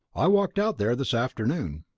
i walked out there this afternoon.